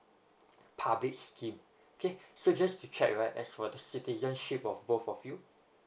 public scheme okay so just to check right as for the citizenship of both of you